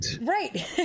Right